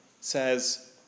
says